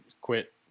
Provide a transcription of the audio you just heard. quit